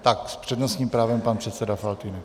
Tak s přednostním právem pan předseda Faltýnek.